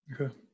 Okay